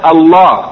Allah